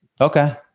Okay